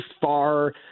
far